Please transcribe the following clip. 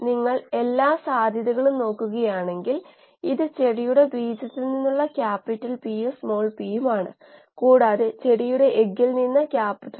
ഇളക്കിയ ടാങ്ക് ആണെങ്കിൽ ഇതാണ് ഇളക്കിയ ടാങ്ക് ദീർഘചതുരം യഥാർത്ഥത്തിൽ ഇത് ഒരു സിലിണ്ടറാണ് ഇതാണ് ടാങ്ക് ഇളക്കിയ ടാങ്ക്